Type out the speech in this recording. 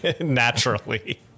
naturally